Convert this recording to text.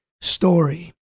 story